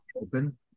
open